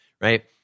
right